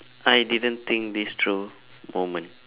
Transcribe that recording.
I didn't think this through moment